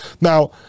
Now